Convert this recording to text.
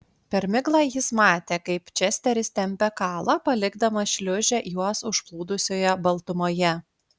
per miglą jis matė kaip česteris tempia kalą palikdamas šliūžę juos užplūdusioje baltumoje